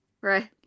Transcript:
Right